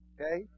Okay